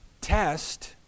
test